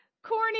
corny